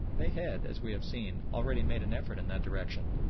they had, as we have seen, already made an effort in that direction,